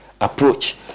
approach